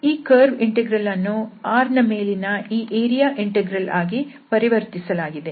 ಈ ಕರ್ವ್ ಇಂಟೆಗ್ರಲ್ಅನ್ನು R ನ ಮೇಲಿನ ಈ ಏರಿಯಾ ಇಂಟೆಗ್ರಲ್ ಆಗಿ ಪರಿವರ್ತಿಸಲಾಗಿದೆ